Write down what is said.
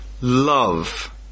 love